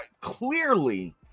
clearly